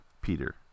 Peter